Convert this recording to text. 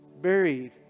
Buried